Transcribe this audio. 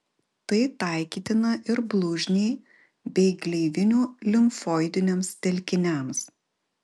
tai taikytina ir blužniai bei gleivinių limfoidiniams telkiniams